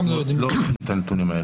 לא יכולים להביא את הנתונים האלה.